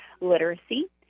literacy